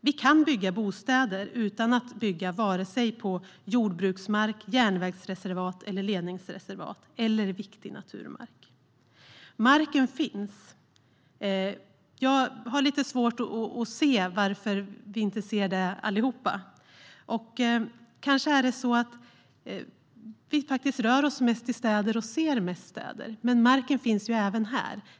Vi kan bygga bostäder utan att bygga på jordbruksmark, järnvägsreservat, ledningsreservat eller viktig naturmark. Marken finns, men jag har lite svårt att se varför vi inte kan se det allihop. Kanske rör vi oss mest i städer och ser mest städer. Men marken finns ju även här.